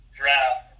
draft